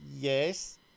yes